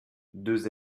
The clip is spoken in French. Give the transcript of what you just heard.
deux